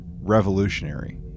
revolutionary